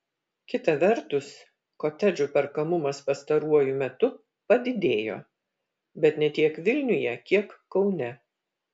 kita vertus kotedžų perkamumas pastaruoju metu padidėjo bet ne tiek vilniuje kiek kaune